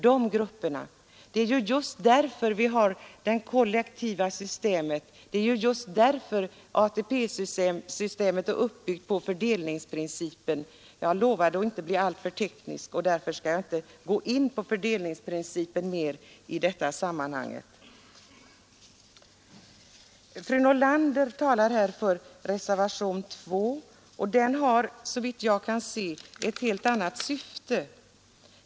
Det är just därför vi har det kollektiva systemet, just därför som ATP-systemet är uppbyggt på fördelningsprincipen. Jag lovade att inte bli alltför teknisk i min utläggning, och därför skall jag inte mer gå in på fördelningsprincipen. Fru Nordlander talade för reservationen 2, och den har såvitt jag kan se ett helt annat syfte.